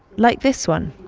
like this one.